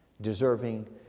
deserving